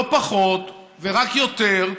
לא פחות ורק יותר,